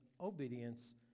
obedience